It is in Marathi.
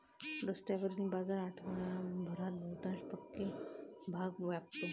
रस्त्यावरील बाजार आठवडाभरात बहुतांश पक्के भाग व्यापतो